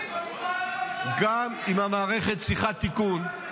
גם אם המערכת צריכה תיקון,